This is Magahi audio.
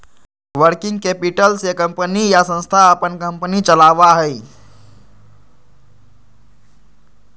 वर्किंग कैपिटल से कंपनी या संस्था अपन कंपनी चलावा हई